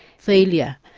failure,